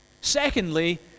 Secondly